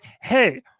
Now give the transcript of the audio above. hey